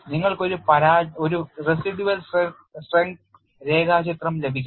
നിങ്ങൾക്ക് ഒരു residual strength രേഖാചിത്രം ലഭിക്കണം